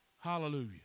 Hallelujah